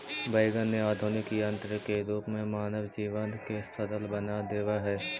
wagon ने आधुनिक यन्त्र के रूप में मानव जीवन के सरल बना देवऽ हई